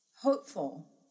Hopeful